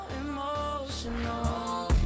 emotional